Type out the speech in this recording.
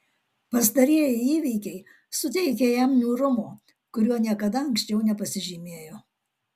pastarieji įvykiai suteikė jam niūrumo kuriuo niekada anksčiau nepasižymėjo